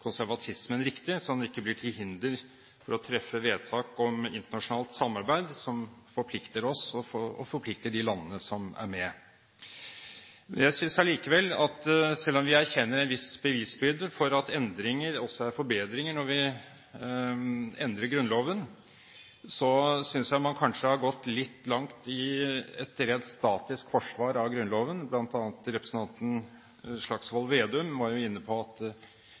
konservatismen riktig, så den ikke blir til hinder for å treffe vedtak om internasjonalt samarbeid, som forplikter oss, og som forplikter de landene som er med. Jeg synes allikevel at selv om vi erkjenner en viss bevisbyrde for at endringer også er forbedringer når vi endrer Grunnloven, har man kanskje gått litt langt i et rent statisk forsvar av Grunnloven. Blant annet var representanten Slagsvold Vedum inne på at